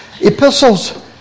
epistles